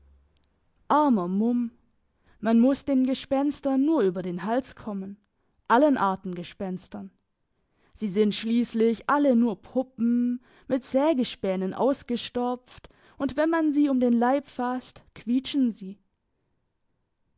armer mumm man muss den gespenstern nur über den hals kommen allen arten gespenstern sie sind schliesslich alle nur puppen mit sägespänen ausgestopft und wenn man sie um den leib fasst quietschen sie